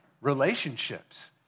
relationships